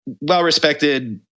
well-respected